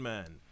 Man